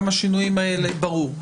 ברור.